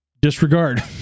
disregard